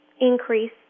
increase